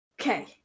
okay